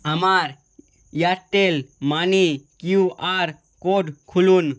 আমার Airtel money QR code খুলুন